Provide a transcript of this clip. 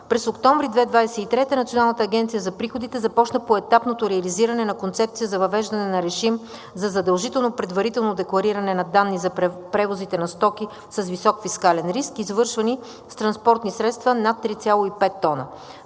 През октомври 2023 г. Националната агенция за приходите започна поетапното реализиране на концепция за въвеждане на режим за задължително предварително деклариране на данни за превозите на стоки с висок фискален риск, извършвани с транспортни средства над 3,5 тона.